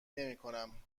نمیکنم